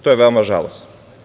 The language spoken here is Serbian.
To je veoma žalosno.